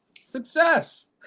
success